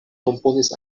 komponis